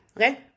Okay